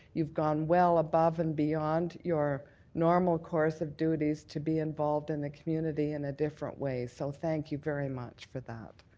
you've gone well above and beyond your normal course of duties to be involved in a the community in a different way. so thank you very much for that.